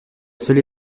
seule